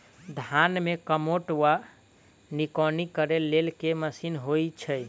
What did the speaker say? धान मे कमोट वा निकौनी करै लेल केँ मशीन होइ छै?